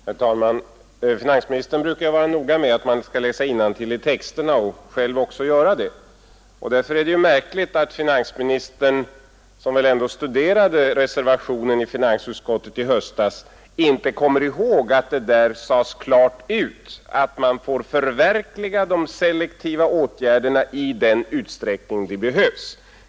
Herr talman! Finansministern brukar vara noga med att man skall läsa innantill i texterna och själv också göra det. Därför är det märkligt att finansministern, som väl ändå studerade reservationen till finansutskottets betänkande i höstas, inte kommer ihåg att det där klart sades ut att man får förverkliga de selektiva åtgärderna i den utsträckning de behövs.